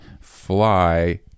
fly